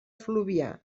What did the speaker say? fluvià